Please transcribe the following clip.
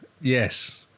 Yes